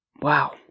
Wow